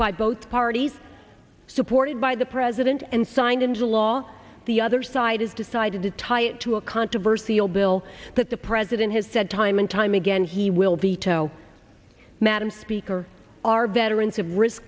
by both parties supported by the president and signed into law the other side has decided to tie it to a controversy or bill that the president has said time and time again he will veto madam speaker our veterans have risk